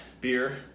beer